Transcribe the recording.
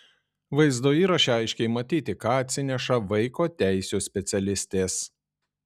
vaizdo įraše aiškiai matyti ką atsineša vaiko teisių specialistės